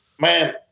Man